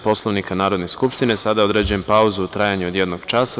Poslovnika Narodne skupštine, sada određujem pauzu u trajanju od jednog časa.